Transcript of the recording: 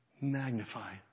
magnify